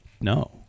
No